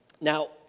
Now